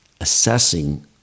assessing